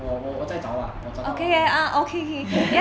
我我再找 lah 我找到才跟你讲